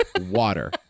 water